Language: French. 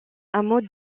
mode